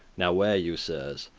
now ware you, sirs,